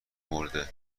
مرده